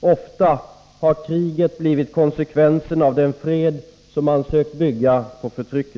Ofta har kriget blivit konsekvensen av den fred som man sökt bygga på förtryck.